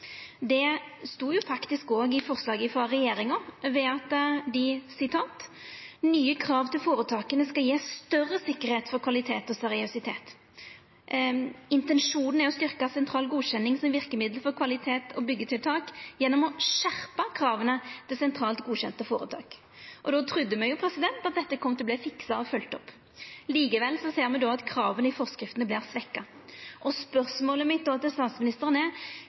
Det stod faktisk òg i forslaget frå regjeringa: «Nye krav til foretakene skal gi større sikkerhet for kvaliteten og seriøsiteten Intensjonen er å styrke sentral godkjenning som virkemiddel for kvalitet i byggetiltak gjennom å skjerpe kravene til sentralt godkjente foretak.» Då trudde me at dette kom til å verta fiksa og følgt opp. Likevel ser me at krava i forskriftene vert svekte. Spørsmålet mitt til statsministeren er